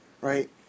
right